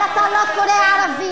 אבל אתה לא קורא ערבית,